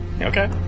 Okay